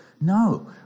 No